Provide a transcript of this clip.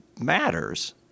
matters